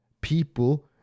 people